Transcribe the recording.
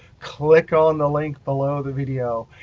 click on the link below the video.